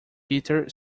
peter